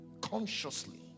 consciously